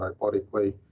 robotically